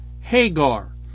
Hagar